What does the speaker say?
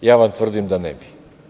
Ja vam tvrdim da ne bi.